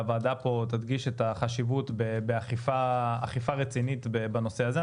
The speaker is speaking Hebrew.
והוועדה פה תדגיש את החשיבות באכיפה רצינית בנושא הזה.